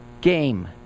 game